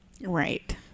Right